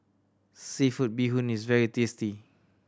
seafood bee hoon is very tasty